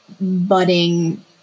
budding